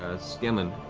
ah scanlan,